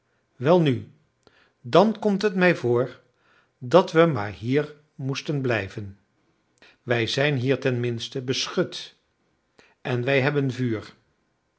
welnu dan komt het mij voor dat we maar hier moesten blijven wij zijn hier tenminste beschut en wij hebben vuur